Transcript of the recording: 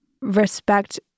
respect